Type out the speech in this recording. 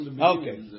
Okay